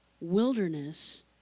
wilderness